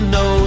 no